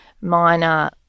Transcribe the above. minor